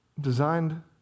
designed